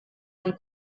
han